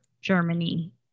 Germany